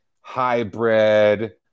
hybrid